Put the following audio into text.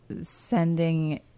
sending